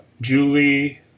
Julie